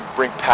bring